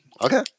Okay